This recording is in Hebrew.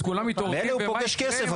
אז כולם מתעוררים --- מילא הוא פוגש כסף.